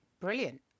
brilliant